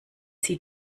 sie